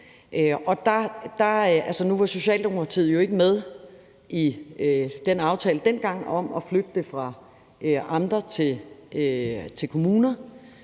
Nu var Socialdemokratiet jo ikke med i den aftale dengang om at flytte det fra amterne til kommunerne,